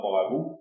Bible